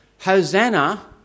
Hosanna